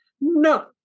no